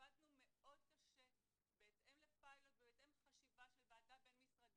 עבדנו מאוד קשה בהתאם לפיילוט ובהתאם לחשיבה של ועדה בין-משרדית.